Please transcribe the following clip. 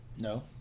No